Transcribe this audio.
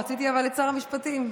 שר המשפטים.